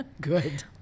Good